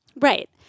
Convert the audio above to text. Right